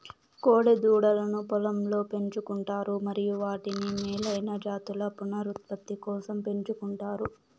కోడె దూడలను పొలంలో పెంచు కుంటారు మరియు వాటిని మేలైన జాతుల పునరుత్పత్తి కోసం పెంచుకుంటారు